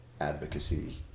advocacy